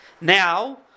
Now